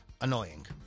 annoying